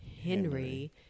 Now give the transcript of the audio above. Henry